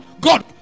God